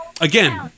Again